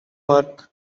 work